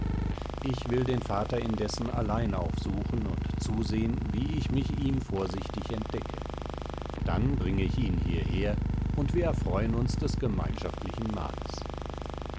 ich will den vater indessen allein aufsuchen und zusehen wie ich mich ihm vorsichtig entdecke dann bringe ich ihn hierher und wir erfreuen uns des gemeinschaftlichen mahles